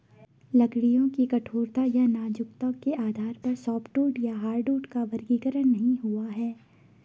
लकड़ियों की कठोरता या नाजुकता के आधार पर सॉफ्टवुड या हार्डवुड का वर्गीकरण नहीं हुआ है